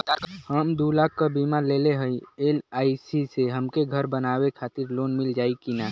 हम दूलाख क बीमा लेले हई एल.आई.सी से हमके घर बनवावे खातिर लोन मिल जाई कि ना?